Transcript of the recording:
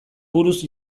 buruz